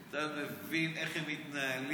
אתה מבין איך הם מתנהלים?